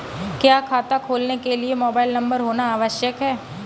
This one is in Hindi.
क्या खाता खोलने के लिए मोबाइल नंबर होना आवश्यक है?